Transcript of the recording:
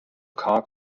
car